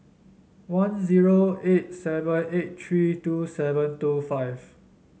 one zero eight seven eight three two seven two five